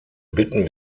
bitten